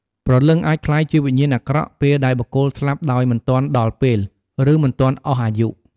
ព្រលឹងអាចក្លាយជាវិញ្ញាណអាក្រក់ ពេលដែលបុគ្គលស្លាប់ដោយមិនទាន់ដល់ពេល ឬមិនទាន់អស់អាយុ។